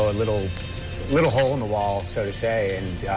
ah little little hole in the wall, so to say. and